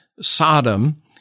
Sodom